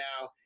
now